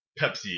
pepsi